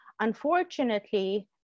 Unfortunately